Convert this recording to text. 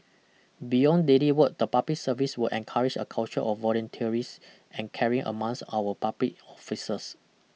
beyond daily work the public service will encourage a culture of volunteerisms and caring among our public officers